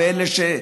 אלה,